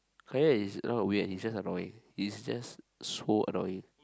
Kai Yan is not weird he is just annoying he is just so annoying